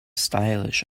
stylish